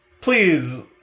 please